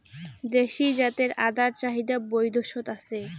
দেশী জাতের আদার চাহিদা বৈদ্যাশত আছে